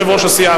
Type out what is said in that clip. יושב-ראש הסיעה,